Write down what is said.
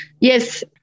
Yes